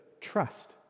trust